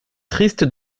triste